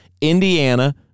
Indiana